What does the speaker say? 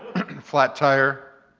but and flat tire,